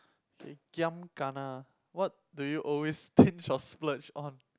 k giam kana what do you always stinge or splurge on